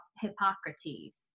Hippocrates